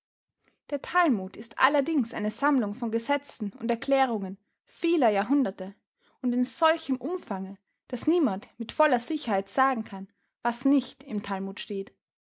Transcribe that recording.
der talmud ist allerdings eine sammlung von gesetzen und erklärungen vieler jahrhunderte und in solchem umfange daß niemand mit voller sicherheit sagen kann was nicht im talmud steht